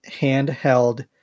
handheld